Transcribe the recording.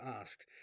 asked